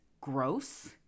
gross